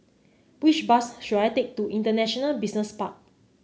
which bus should I take to International Park